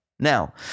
Now